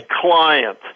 client